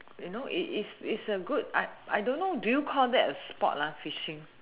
you know it it's it's a good I I don't know do you call that's a sport lah fishing